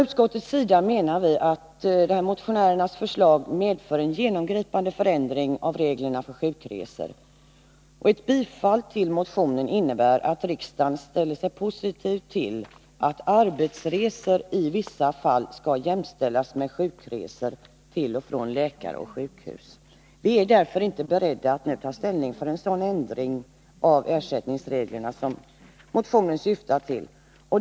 Utskottet menar att motionärernas förslag medför en genomgripande förändring av reglerna för sjukresor. Ett bifall till motionen innebär att riksdagen ställer sig positiv till att arbetsresor i vissa fall skulle jämställas med sjukresor till och från läkare och sjukhus. Vi är därför inte beredda att nu ta ställning till en sådan ändring av ersättningsreglerna som motionen syftar till.